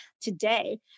today